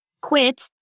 quit